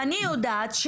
ואני יודעת,